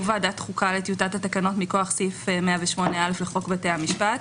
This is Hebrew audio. ועדת חוקה לטיוטת התקנות מכוח סעיף 108א לחוק בתי המשפט,